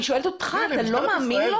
אני שואלת אותך, אתה לא מאמין?